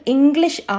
English